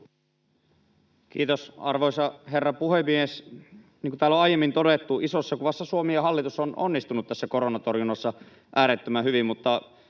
hyvä. Arvoisa herra puhemies! Niin kuin täällä on aiemmin todettu, isossa kuvassa Suomi ja hallitus ovat onnistuneet tässä koronatorjunnassa äärettömän hyvin.